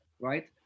right